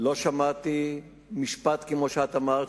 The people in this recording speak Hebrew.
לא שמעתי משפט כמו שאת אמרת,